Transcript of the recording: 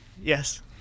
Yes